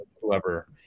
Whoever